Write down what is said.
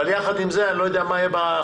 אבל יחד עם זאת אני לא יודע מה יהיה בחקיקה,